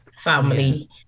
family